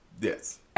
yes